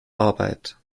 arbeit